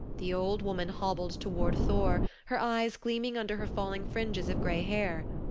the old woman hobbled toward thor, her eyes gleaming under her falling fringes of gray hair.